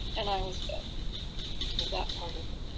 and i was done with that part of them.